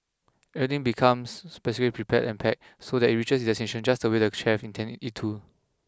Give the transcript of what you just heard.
everything becomes specially prepared and packed so that it reaches its destination just the way the chefs intend it to